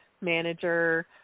manager